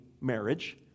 marriage